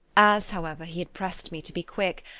as, however, he had pressed me to be quick,